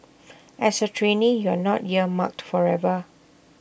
as A trainee you are not earmarked forever